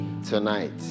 tonight